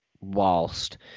whilst